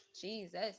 Jesus